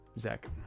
zach